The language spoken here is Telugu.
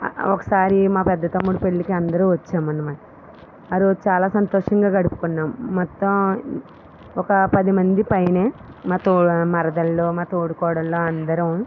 ఒకసారి మా పెద్ద తమ్ముడు పెళ్ళికి అందరు వచ్చాం అన్నమాట ఆరోజు చాలా సంతోషంగా గడుపుకున్నాం మొత్తం ఒక పదిమంది పైన మా తో మరదళ్ళు మా తోడికోడళ్ళు అందరం